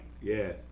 yes